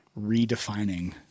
redefining